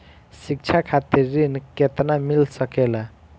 शिक्षा खातिर ऋण केतना मिल सकेला?